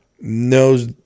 knows